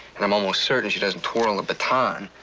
and i'm almost certain she doesn't twirl a baton,